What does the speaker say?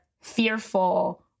fearful